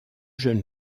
jeune